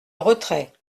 retrait